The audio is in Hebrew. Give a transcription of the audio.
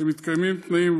כשמתקיימים תנאים,